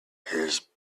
his